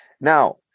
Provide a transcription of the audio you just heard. Now